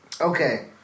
okay